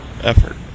effort